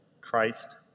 Christ